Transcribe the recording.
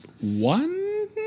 one